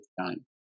time